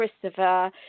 Christopher